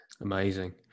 amazing